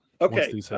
Okay